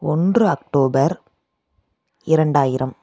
ஒன்று அக்டோபர் இரண்டாயிரம்